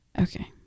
Okay